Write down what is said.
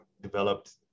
developed